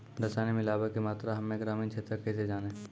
रसायन मिलाबै के मात्रा हम्मे ग्रामीण क्षेत्रक कैसे जानै?